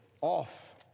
off